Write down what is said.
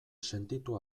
sentitu